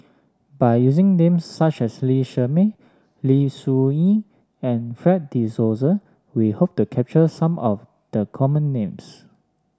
by using names such as Lee Shermay Lim Soo Ngee and Fred De Souza we hope to capture some of the common names